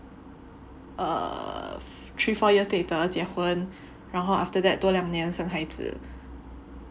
err three four years later 结婚然后 after that 多两年生孩子